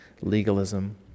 legalism